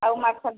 ଆଉ ମାଛ